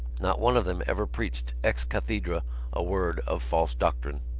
not one of them ever preached ex cathedra a word of false doctrine.